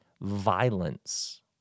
violence